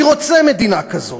מי רוצה מדינה כזאת?